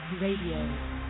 Radio